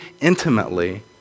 intimately